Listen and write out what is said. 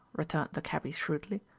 returned the cabby shrewdly,